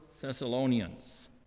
Thessalonians